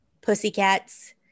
Pussycats